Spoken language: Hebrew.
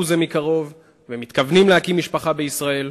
זה מקרוב ומתכוונים להקים משפחה בישראל.